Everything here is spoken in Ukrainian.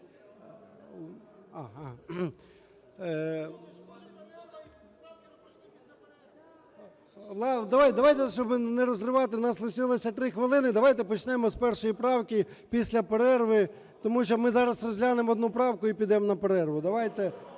Давайте, щоби не розривати, в нас лишилося 3 хвилини, давайте почнемо з 1 правки після перерви, тому що ми зараз розглянемо одну правку і підемо на перерву.